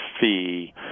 fee